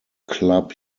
club